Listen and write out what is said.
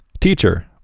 Teacher